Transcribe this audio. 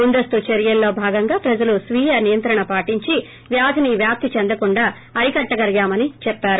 ముందస్తు చర్యల్లో భాగంగా ప్రజల్తో స్వీయ నియంత్రణ పాటించి వ్యాధిని వ్యాప్తి చెందకుండా అరికట్టగలిగామని చెప్పారు